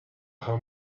how